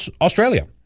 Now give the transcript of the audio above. Australia